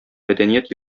мәдәният